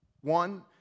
One